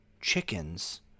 chickens